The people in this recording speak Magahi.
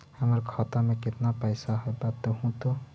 हमर खाता में केतना पैसा है बतहू तो?